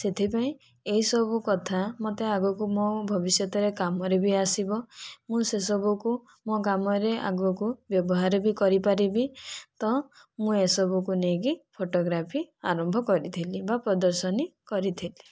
ସେଥିପାଇଁ ଏହିସବୁ କଥା ମତେ ଆଗକୁ ମୁଁ ଭବିଷ୍ୟତରେ କାମରେ ବି ଆସିବ ମୁଁ ସେସବୁକୁ ମୋ' କାମରେ ଆଗକୁ ବ୍ୟବହାର ବି କରିପାରିବି ତ ମୁଁ ଏସବୁକୁ ନେଇକି ଫଟୋଗ୍ରାଫି ଆରମ୍ଭ କରିଥିଲି ବା ପ୍ରଦର୍ଶନୀ କରିଥିଲି